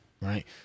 Right